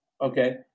okay